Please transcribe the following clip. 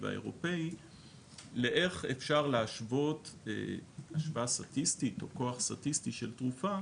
והאירופאי לאיך אפשר להשוות השוואה סטטיסטית או כוח סטטיסטי של תרופה